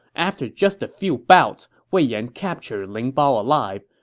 after just a few bouts, wei yan captured ling bao alive.